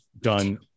done